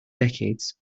decades